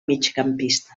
migcampista